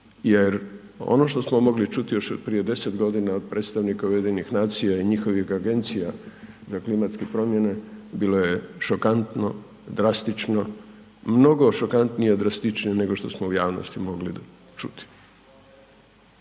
Jer ono što smo mogli čuti još prije 10 godina od predstavnika UN-a i njihovih agencija za klimatske promjene bilo je šokantno, drastično, mnogo šokantnije i drastičnije nego što smo u javnosti mogli čuti.